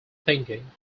thinking